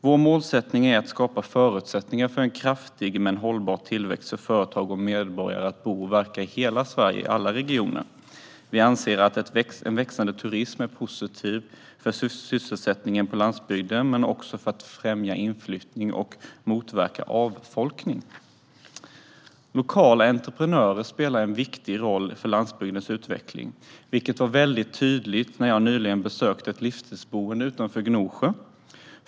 Vår målsättning är att skapa förutsättningar för en kraftig men hållbar tillväxt så att företag och medborgare kan bo och verka i hela Sverige - i alla regioner. Vi anser att en växande turism är positiv för sysselsättningen på landsbygden men också för att främja inflyttning och motverka avfolkning. Lokala entreprenörer spelar en viktig roll för landsbygdens utveckling, vilket var mycket tydligt när jag nyligen besökte ett livsstilsboende utanför Gnosjö.